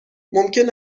ممکن